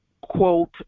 quote